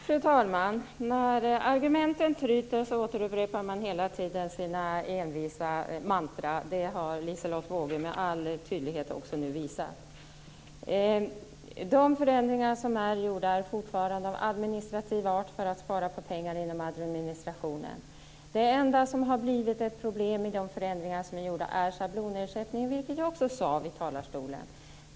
Fru talman! När argumenten tryter upprepar man hela tiden sina envisa mantra. Det har Liselotte Wågö med all tydlighet också nu visat. De förändringar som är gjorda är fortfarande av administrativ art för att spara in pengar inom administrationen. Det enda som har blivit ett problem med de förändringar som är gjorda är schablonersättningen - vilket jag också sade i talarstolen.